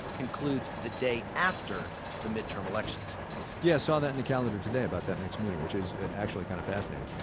concludes the day after the mid-term elections yeah, saw that in the calendar today about that next meeting, which is actually kind of fascinating.